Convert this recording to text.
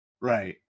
Right